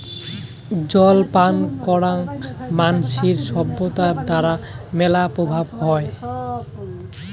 জল পান করাং মানসির সভ্যতার দ্বারা মেলা প্রভাব হই